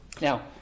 Now